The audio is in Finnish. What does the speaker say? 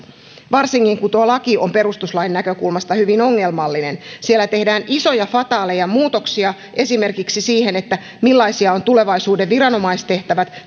varsinkin kun tuo laki on perustuslain näkökulmasta hyvin ongelmallinen siellä tehdään isoja fataaleja muutoksia esimerkiksi siihen millaisia ovat tulevaisuuden viranomaistehtävät